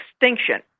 extinction